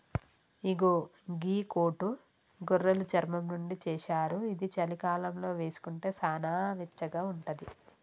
ఇగో గీ కోటు గొర్రెలు చర్మం నుండి చేశారు ఇది చలికాలంలో వేసుకుంటే సానా వెచ్చగా ఉంటది